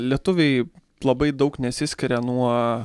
lietuviai labai daug nesiskiria nuo